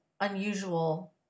unusual